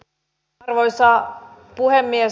arvoisa puhemies